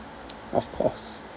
of course